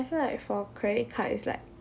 I feel like for credit card it's like